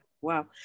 wow